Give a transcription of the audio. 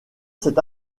cette